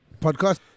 podcast